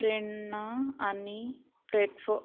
प्रेरणा आनी प्लेटफॉम